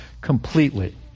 completely